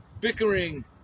bickering